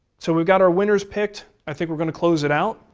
so we've got our winners picked. i think we're going to close it out.